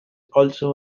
also